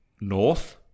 north